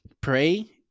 pray